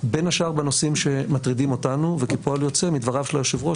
בין השאר בנושאים שמטרידים אותנו וכפועל יוצא מדבריו של היושב-ראש,